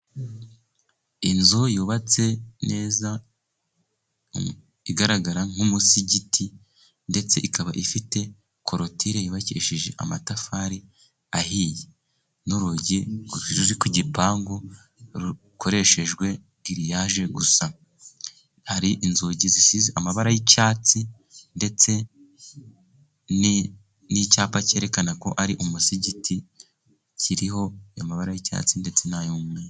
Inzu yubatse neza igaragara nk'umusigiti ndetse ikaba ifite koloture yubakishije amatafari ahiye n'urugi ruri ku gipangu rukoreshejwe giriyaje . Gusa hari inzugi zisize amabara y'icyatsi ndetse n'icyapa cyerekana ko ari umusigiti kiriho amabara y'icyatsi ndetse n'ay'umweru.